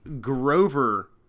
Grover